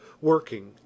working